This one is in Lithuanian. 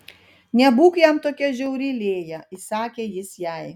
nebūk jam tokia žiauri lėja įsakė jis jai